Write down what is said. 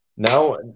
Now